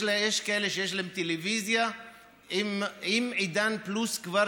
יש כאלה שיש להם טלוויזיה עם עידן פלוס כבר,